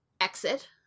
exit